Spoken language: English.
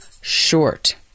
short